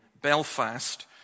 Belfast